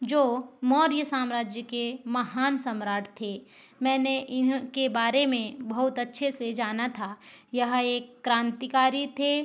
जो मौर्य साम्राज्य के महान सम्राट थे मैंने इनके बारे में बहुत अच्छे से जाना था यह एक क्रांतिकारी थे